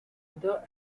other